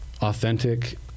authentic